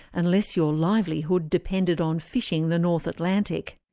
unless your livelihood depended on fishing the north atlantic.